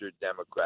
Democrat